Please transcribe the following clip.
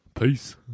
Peace